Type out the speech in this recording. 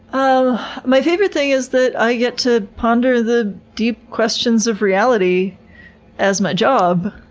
um my favorite thing is that i get to ponder the deep questions of reality as my job,